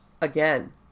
again